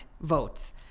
votes